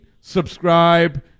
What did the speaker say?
subscribe